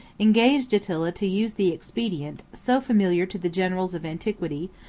engaged attila to use the expedient, so familiar to the generals of antiquity,